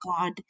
God